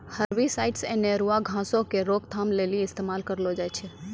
herbicides अनेरुआ घासो के रोकथाम लेली इस्तेमाल करलो जाय छै